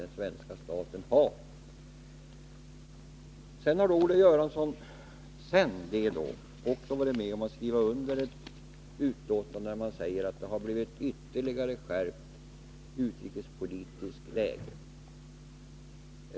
Därefter har Olle Göransson också varit med om att skriva under ett betänkande där det sägs att det har blivit ett ytterligare skärpt utrikespolitiskt läge.